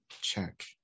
Check